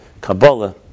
Kabbalah